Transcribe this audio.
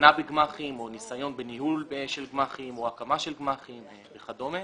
הבנה בגמ"חים או ניסיון בניהול של גמ"חים או הקמה של גמ"חים וכדומה.